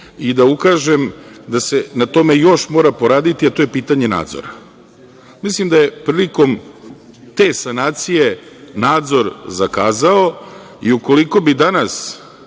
i da ukažem da se na tome još mora poraditi, a to je pitanje nadzora. Mislim da je prilikom te sanacije nadzor zakazao i ukoliko bi se danas